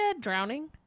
drowning